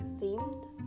themed